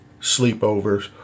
sleepovers